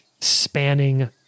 spanning